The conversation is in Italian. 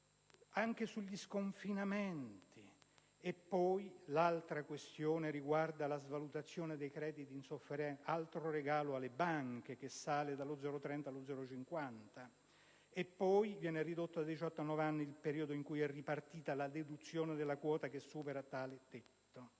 anche sugli sconfinamenti. Un'altra questione riguarda la svalutazione dei crediti in sofferenza, un altro regalo alle banche, che sale infatti dallo 0,30 allo 0,50 per cento. Inoltre, viene ridotto da 18 a 9 anni il periodo in cui è ripartita la deduzione della quota che supera tale tetto.